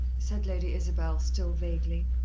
said lady isabel, still vaguely.